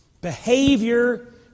Behavior